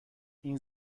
این